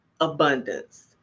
abundance